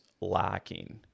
lacking